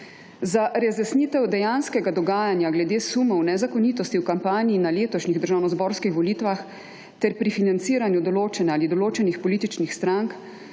Za razjasnitev dejanskega dogajanja glede sumov nezakonitosti v kampanji na letošnjih državnozborskih volitvah ter pri financiranju določene ali določenih političnih strank